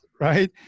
right